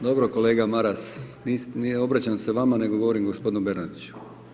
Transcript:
Dobro kolega Maras ne obraćam se vama nego govorim gospodinu Bernardiću.